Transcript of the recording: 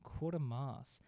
Quartermass